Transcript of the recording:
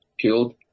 killed